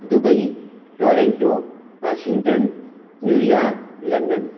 Dubai Toronto Washington New York London